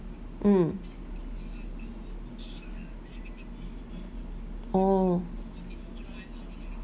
mm oh